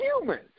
humans